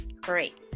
Great